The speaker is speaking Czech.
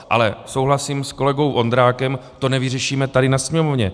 Ale souhlasím s kolegou Vondrákem, to nevyřešíme tady na Sněmovně.